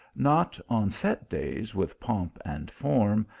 not on set days, with pomp and form,